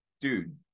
dude